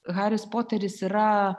haris poteris yra